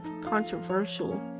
controversial